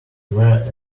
were